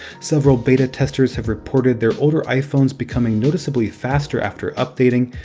several beta testers have reported their older iphones becoming noticeably faster after updating,